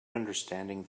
understanding